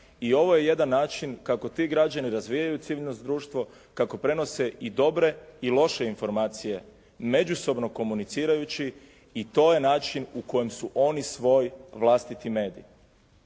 I ovo je jedan način kako ti građani razvijaju civilno društvo, kako prenose i dobre i loše informacije međusobno komunicirajući i to je način u kojem su oni svoj vlastiti medij.